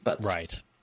Right